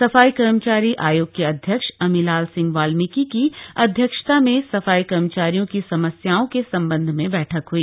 सफाई कर्मचारी आयोग के अध्यक्ष अमिलाल सिंह वाल्मीकि की अध्यक्षता में सफाई कर्मचारियों की समस्याओं के संबंध में बैठक हई